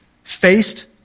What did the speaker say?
faced